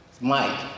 Mike